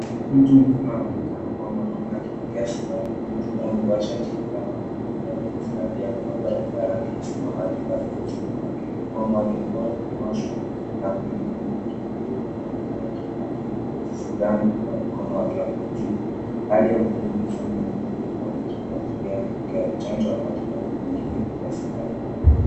Mtu mzima anaonekana kuwa mwanaume akipokea sindano. Mtu huyu amevaa shati ya miraba nyekundu na nyeusi na pia amevaa barakoa ya rangi ya samawati hafifu usoni mwake. Mkono wake unaoshwa na kuna mikono mingine miwili inaonekana ikimpatia sindano kwenye mkono wake hapo juu. Hali ya utulivu usoni mwa mtu huyu inaashiria anapokea chanjo ama matibabu mengine ya sindano.